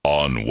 on